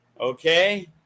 okay